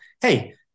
hey